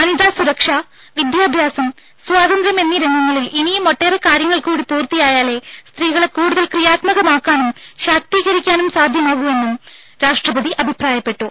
വനിതാ സുരക്ഷ വിദ്യാഭ്യാസം സ്വാതന്ത്ര്യം എന്നീ രംഗങ്ങളിൽ ഇനിയും ഒട്ടേറെ കാര്യങ്ങൾ കൂടി പൂർത്തിയായാലെ സ്ത്രീകളെ കൂടുതൽ ക്രിയാത്മകമാക്കാനും ശാക്തീകരിക്കാനും സാധ്യമാകു എന്നും രാഷ്ട്രപതി അഭിപ്രായപ്പെട്ടു